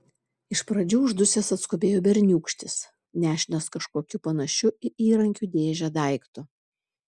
iš pradžių uždusęs atskubėjo berniūkštis nešinas kažkokiu panašiu į įrankių dėžę daiktu